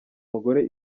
mugore